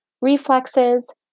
reflexes